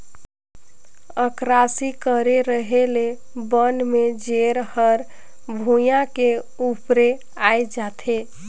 अकरासी करे रहें ले बन में जेर हर भुइयां के उपरे आय जाथे